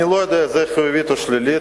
אני לא יודע אם היא חיובית או שלילית,